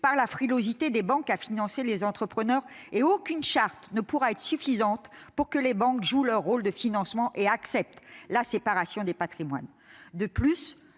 par la frilosité des banques à financer les entrepreneurs. Aucune charte ne pourra obliger les banques à jouer leur rôle de financement tout en acceptant la séparation des patrimoines.